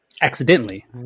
Accidentally